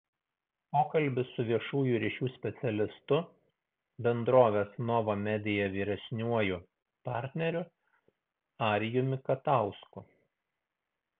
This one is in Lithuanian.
pokalbis su viešųjų ryšių specialistu bendrovės nova media vyresniuoju partneriu arijumi katausku